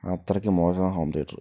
അത്രയ്ക്കും മോശം home theatre